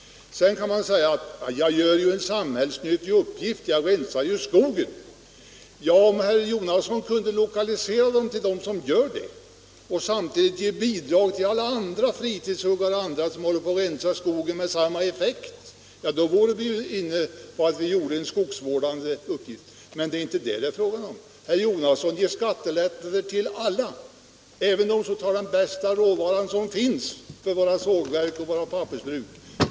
Herr Jonasson säger att man gör en samhällsnyttig uppgift när man rensar skogen. Ja, om herr Jonasson kunde lokalisera skattefriheten till den som gör det och samtidigt ge bidrag till alla andra, fritidshuggare och andra, som också rensar skogen med samma effekt, skulle skattefriheten få en skogsvårdande effekt. Men det är inte det det är frågan om. Herr Jonasson vill ge skattelättnad till alla med fritt bränsle, även till dem som tar den bästa råvara som finns för våra sågverk och våra pappersbruk.